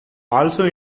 also